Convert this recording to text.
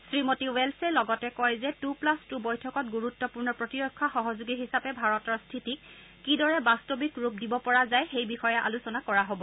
শ্ৰীমতী ৱেলছে লগতে কয় যে টু প্লাছ টু বৈঠকত গুৰুত্বপূৰ্ণ প্ৰতিৰক্ষা সহযোগী হিচাপে ভাৰতৰ স্থিতিক কিদৰে বাস্তৱিক ৰূপ দিব পৰা যায় সেই বিষয়ে আলোচনা কৰা হব